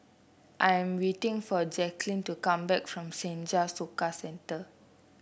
I'm waiting for Jacqulyn to come back from Senja Soka Centre